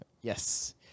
Yes